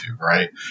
Right